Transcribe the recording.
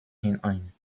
hinein